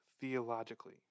theologically